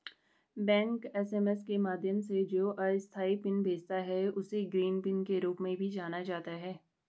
bank SMS के माध्यम से जो अस्थायी पिन भेजता है, उसे ग्रीन पिन के रूप में भी जाना जाता है